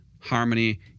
harmony